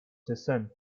descent